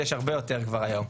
יש הרבה יותר כבר היום.